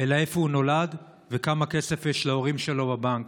אלא איפה הוא נולד וכמה כסף יש להורים שלו בבנק.